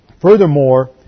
Furthermore